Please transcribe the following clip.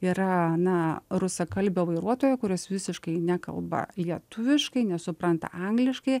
yra na rusakalbio vairuotojo kuris visiškai nekalba lietuviškai nesupranta angliškai